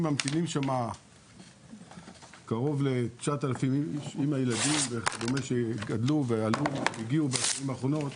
אם ממתינים שם קרוב ל-9000 איש עם הילדים שגדלו והגיעו בשנים האחרונות,